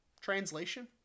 translation